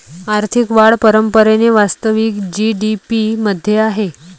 आर्थिक वाढ परंपरेने वास्तविक जी.डी.पी मध्ये आहे